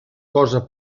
cosa